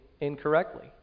incorrectly